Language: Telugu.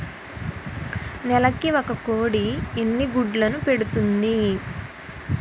నెలకి ఒక కోడి ఎన్ని గుడ్లను పెడుతుంది?